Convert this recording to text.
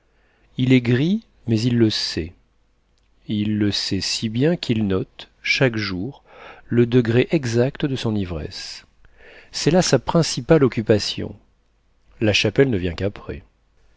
il est gris mais il le sait il le sait si bien qu'il note chaque jour le degré exact de son ivresse c'est là sa principale occupation la chapelle ne vient qu'après